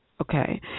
Okay